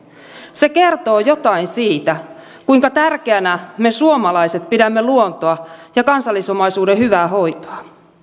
se kertoo jotain siitä kuinka tärkeänä me suomalaiset pidämme luontoa ja kansallisomaisuuden hyvää hoitoa